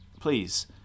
Please